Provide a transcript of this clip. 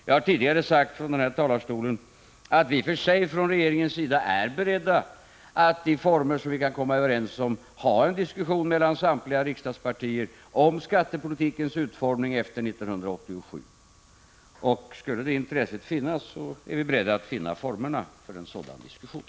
Jag har tidigare i denna talarstol sagt att regeringen i och för sig är beredd att, i former som vi kan komma överens om, föra en diskussion med samtliga riksdagspartier om skattepolitikens utformning efter 1987. Skulle det intresset finnas är vi beredda att finna formerna för en sådan diskussion.